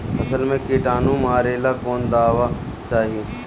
फसल में किटानु मारेला कौन दावा चाही?